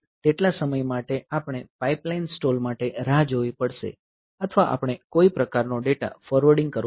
તેટલા સમય માટે આપણે પાઇપલાઇન સ્ટોલ માટે રાહ જોવી પડશે અથવા આપણે કોઈ પ્રકારનો ડેટા ફોરવર્ડિંગ કરવો પડશે